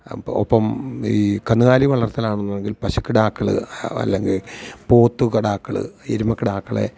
അപ്പോൾ ഒപ്പം ഈ കന്നുകാലി വളര്ത്തലാണെന്നുണ്ടെങ്കിൽ പശുക്കിടാക്കൾ അല്ലെങ്കില് പോത്തു കിടാക്കൾ എരുമ കിടാക്കളെ